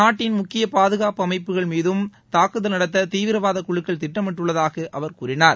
நாட்டின் முக்கிய பாதுகாப்பு அமைப்புகள் மீதும் தாக்குதல் நடத்த தீவிரவாத குழுக்கள் திட்டமிட்டுள்ளதாக அவர் கூறினார்